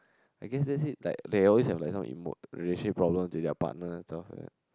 I guess that's it like they always have some emote relationship problem with their partner and stuff like that